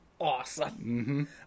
awesome